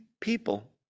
people